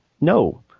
no